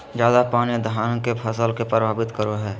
ज्यादा पानी धान के फसल के परभावित करो है?